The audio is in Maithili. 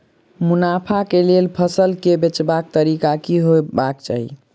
मुनाफा केँ लेल फसल केँ बेचबाक तरीका की हेबाक चाहि?